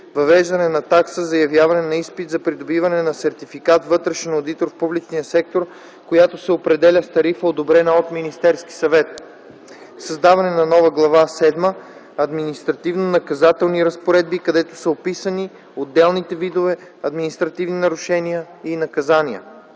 въвеждане на такса за явяване на изпит за придобиване на сертификат „Вътрешен одитор в публичния сектор”, която се определя с тарифа, одобрена от Министерския съвет; - създаване на нова Глава седма „Административнонаказателни разпоредби”, където са описани отделните видове административни нарушения и наказания.